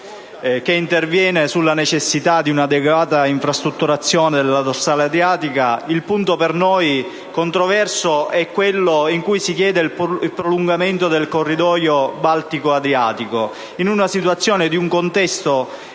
che interviene sulla necessità di un'adeguata infrastrutturazione della dorsale adriatica, il punto per noi controverso è quello in cui si chiede il prolungamento del corridoio Baltico-Adriatico in un contesto